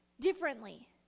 differently